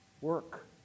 Work